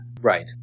Right